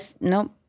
no